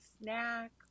snack